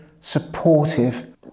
supportive